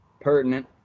pertinent